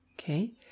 Okay